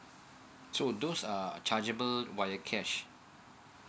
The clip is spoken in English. so those um chargeable by cash